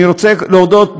אני רוצה להודות,